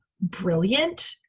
brilliant